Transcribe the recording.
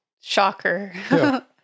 shocker